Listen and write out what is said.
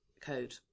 code